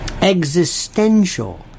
existential